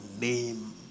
name